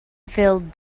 filled